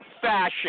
fashion